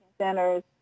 Centers